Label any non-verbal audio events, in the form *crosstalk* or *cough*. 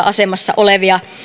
*unintelligible* asemassa olevia